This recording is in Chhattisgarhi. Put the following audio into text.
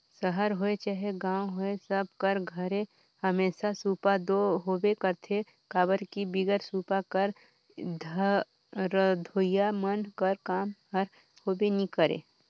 सहर होए चहे गाँव होए सब कर घरे हमेसा सूपा दो होबे करथे काबर कि बिगर सूपा कर रधोइया मन कर काम हर होबे नी करे